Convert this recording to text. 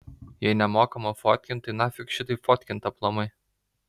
jei nemokama fotkint tai nafik šitaip fotkint aplamai